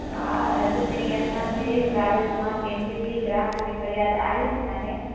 हा अॼ तांई असांजे ट्रेविलस में केंजी भी ग्राहक ॼी फरियाद आईच काने